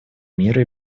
мира